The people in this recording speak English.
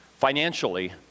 Financially